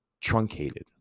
truncated